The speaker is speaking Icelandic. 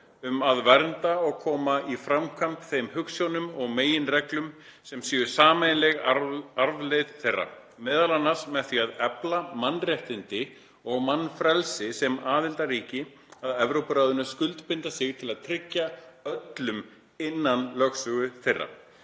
um að vernda og koma í framkvæmd þeim hugsjónum og meginreglum sem séu sameiginleg arfleifð þeirra, meðal annars með því að efla mannréttindi og mannfrelsi sem aðildarríki að Evrópuráðinu skuldbinda sig til að tryggja öllum innan lögsögu þeirra.